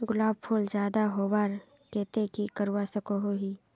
गुलाब फूल ज्यादा होबार केते की करवा सकोहो ही?